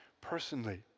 personally